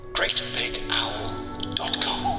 GreatBigOwl.com